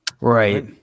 Right